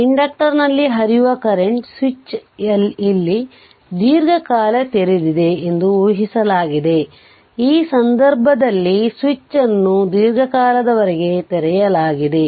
ಇಂಡಕ್ಟರ್ನಲ್ಲಿ ಹರಿಯುವ current switch ಇಲ್ಲಿ ದೀರ್ಘಕಾಲ ತೆರೆದಿದೆ ಎಂದು ಊಹಿಸಲಾಗಿದೆ ಈ ಸಂದರ್ಭದಲ್ಲಿ ಸ್ವಿಚ್ ಅನ್ನು ದೀರ್ಘಕಾಲದವರೆಗೆ ತೆರೆಯಲಾಗಿದೆ